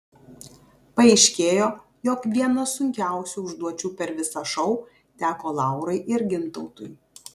paaiškėjo jog viena sunkiausių užduočių per visą šou teko laurai ir gintautui